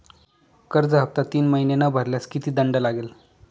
कर्ज हफ्ता तीन महिने न भरल्यास किती दंड लागेल?